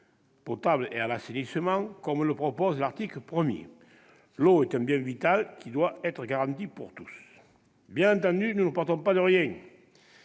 potable et à l'assainissement, comme le prévoit l'article 1 ? L'eau est un bien vital, qui doit être garanti pour tous. Bien entendu, nous ne partons pas de rien.